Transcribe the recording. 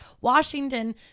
Washington